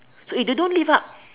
so if you don't live up